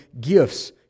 gifts